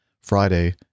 Friday